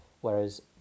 Whereas